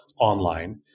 online